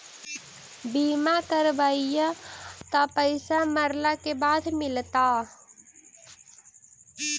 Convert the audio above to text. बिमा करैबैय त पैसा मरला के बाद मिलता?